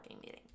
meeting